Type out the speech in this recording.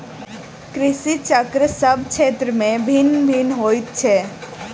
कृषि चक्र सभ क्षेत्र मे भिन्न भिन्न होइत छै